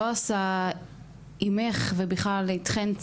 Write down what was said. לא עשה עימך ובכלל איתכן,